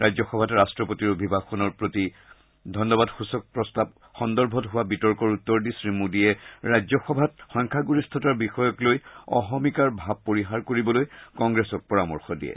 ৰাজ্যসভাত ৰাষ্ট্ৰপতিৰ অভিভাষণৰ প্ৰতি ধন্যবাদসূচক প্ৰস্তাৱ সন্দৰ্ভত হোৱা বিতৰ্কৰ উত্তৰ দি শ্ৰীমোডীয়ে ৰাজ্যসভাত সংখ্যাগৰিষ্ঠতাৰ বিষয়ক লৈ অহমিকাৰ ভাব পৰিহাৰ কৰিবলৈ কংগ্ৰেছক পৰামৰ্শ দিয়ে